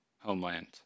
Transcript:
homeland